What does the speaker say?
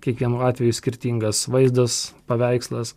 kiekvienu atveju skirtingas vaizdas paveikslas